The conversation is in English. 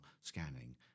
scanning